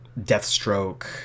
deathstroke